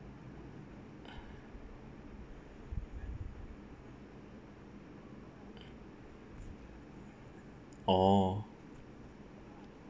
orh